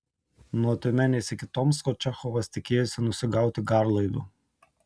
nuo tiumenės iki tomsko čechovas tikėjosi nusigauti garlaiviu